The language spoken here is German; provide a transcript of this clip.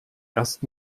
erst